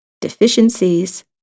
deficiencies